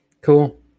Cool